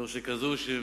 בתור שכזאת,